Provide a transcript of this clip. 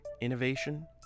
innovation